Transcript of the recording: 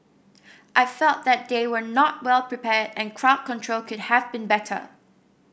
I felt that they were not well prepared and crowd control could have been better